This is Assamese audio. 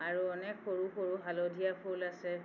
আৰু অনেক সৰু সৰু হালধীয়া ফুল আছে